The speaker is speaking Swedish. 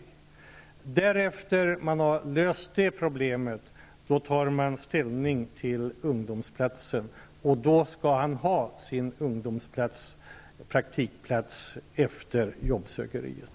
Efter det att man har löst det problemet tar man ställning till ungdomsplatsen, och den unge skall då ha sin ungdomsplats, sin praktikplats, efter jobbsökeriet.